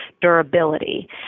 durability